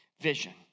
vision